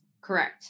Correct